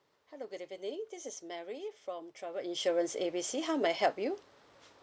hello good evening this is mary from travel insurance A B C how may I help you